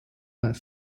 not